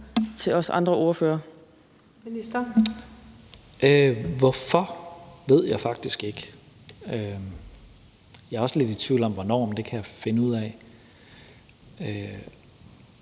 (Mattias Tesfaye): Hvorfor ved jeg faktisk ikke. Jeg er også lidt i tvivl om hvornår, men det kan jeg finde ud af. Hvis